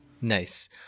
Nice